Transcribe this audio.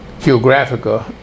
geographical